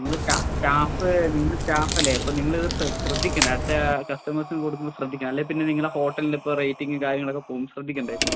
നിങ്ങള സ്റ്റാഫ് നിങ്ങള് സ്റ്റാഫല്ലേ അപ്പോള് നിങ്ങള് ശ്രദ്ധിക്കേണ്ടേ അടുത്ത കസ്റ്റമേഴ്സിന് കൊടുക്കുമ്പോള് ശ്രദ്ധിക്കണം അല്ലെങ്കില്പ്പിന്നെ നിങ്ങളുടെ ഹോട്ടലിനിപ്പോള് റേറ്റിങ്ങും കാര്യങ്ങളൊക്കെ പോകും ശ്രദ്ധിക്കേണ്ടേ